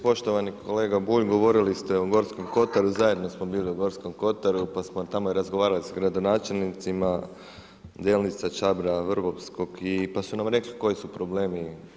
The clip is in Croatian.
Poštovani kolega Bulj, govorili ste o Gorskom kotaru, zajedno smo bili u Gorskom kotaru pa smo tamo i razgovarali sa gradonačelnicima, Delnica, Čabra, Vrbovskog pa su nam rekli koji su problemi.